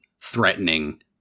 threatening